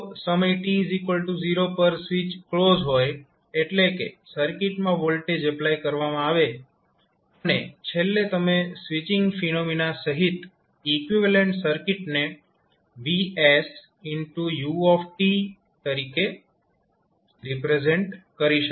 જો સમય t0 પર સ્વિચ ક્લોઝ હોય એટલે કે સર્કિટમાં વોલ્ટેજ એપ્લાય કરવામાં આવે અને છેલ્લે તમે સ્વિચિંગ ફિનોમિના સહિત ઇકવીવેલેન્ટ સર્કિટને Vs u તરીકે રિપ્રેઝેન્ટ કરી શકાય છે